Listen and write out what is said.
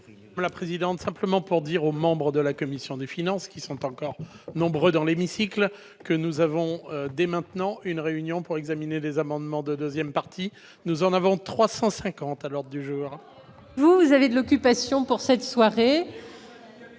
La présidente, simplement pour dire aux membres de la commission des finances, qui sont encore nombreux dans l'hémicycle que nous avons, dès maintenant, une réunion pour examiner des amendements de 2ème partie, nous en avons 350 à l'heure du jour. Vous avez de l'occupation pour cette soirée.